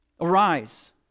Arise